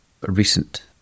recent